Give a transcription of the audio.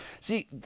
See –